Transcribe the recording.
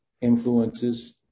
influences